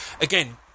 again